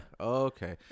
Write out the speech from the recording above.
Okay